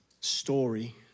story